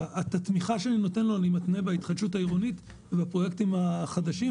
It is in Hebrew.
את התמיכה שאני נותן לו אני מתנה בהתחדשות העירונית ובפרויקטים החדשים.